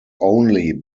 only